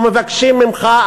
ומבקשים ממך,